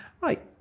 Right